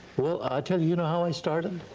well i'll tell you, you know how i started?